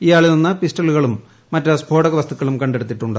ഇയാളിൽ നിന്ന് പിസ്റ്റളുകളും മറ്റ് സ്ഫോടക വസ്തുക്കളും കണ്ടെടുത്തിട്ടുണ്ട്